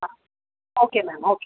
ആ okay ma'am okay